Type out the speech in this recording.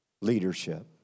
leadership